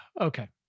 Okay